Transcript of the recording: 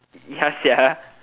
ya sia